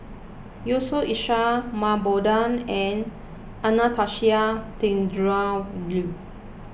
Yusof Ishak Mah Bow Tan and Anastasia Tjendri Liew